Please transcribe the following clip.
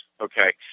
okay